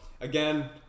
again